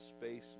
space